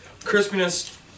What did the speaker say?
Crispiness